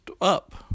up